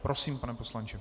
Prosím, pane poslanče.